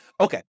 Okay